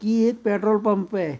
की एक petrol pump पे